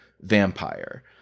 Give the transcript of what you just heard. vampire